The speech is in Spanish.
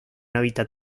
hábitat